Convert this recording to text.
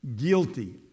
Guilty